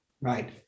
Right